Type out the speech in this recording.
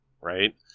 right